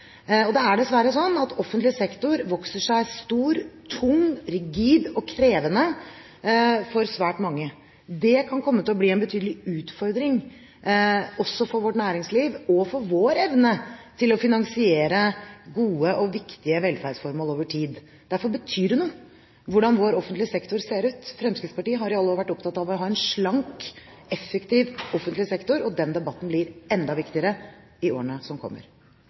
skattepenger. Det er dessverre sånn at offentlig sektor vokser seg stor, tung og rigid og er krevende for svært mange. Det kan komme til å bli en betydelig utfordring også for vårt næringsliv og for vår evne til å finansiere gode og viktige velferdsformål over tid. Derfor betyr det noe hvordan vår offentlige sektor ser ut. Fremskrittspartiet har i alle år vært opptatt av å ha en slank og effektiv offentlig sektor, og den debatten blir enda viktigere i årene som kommer.